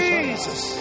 Jesus